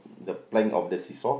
the plank of the see-saw